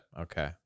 Okay